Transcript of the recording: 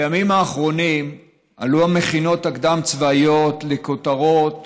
בימים האחרונים עלו המכינות הקדם-צבאיות לכותרות